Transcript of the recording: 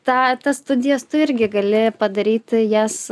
tą tas studijas tu irgi gali padaryti jas